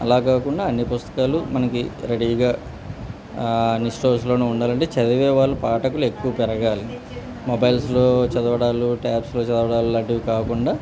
అలా కాకుండా అన్ని పుస్తకాలు మనకి రెడీగా అన్ని స్టోర్స్లో ఉండాలంటే చదివే వాళ్ళు పాఠకులు ఎక్కువ పెరగాలి మొబైల్స్లో చదవడాలు ట్యాబ్స్లో చదవడాాలు లాంటివి కాకుండా